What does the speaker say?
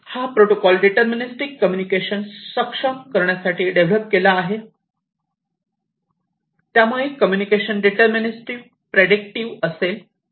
हा protocol deterministic communication सक्षम करण्यासाठी डेव्हलप केला आहे त्यामुळे कम्युनिकेशन डिटर्मनिस्टिक प्रेडिक्टिव्ह असेल